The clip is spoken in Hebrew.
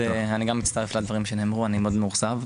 אני גם מצטרף לדברים שנאמרו, אני מאוד מאוכזב.